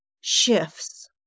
shifts